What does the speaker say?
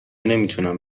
نمیتونم